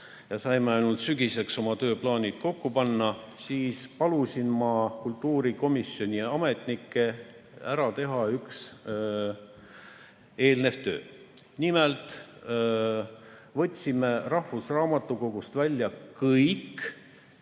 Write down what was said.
ja saime alles sügiseks oma tööplaanid kokku panna –, siis palusin ma kultuurikomisjoni ametnikel ära teha üks eelnev töö. Nimelt võtsime rahvusraamatukogust välja kõik,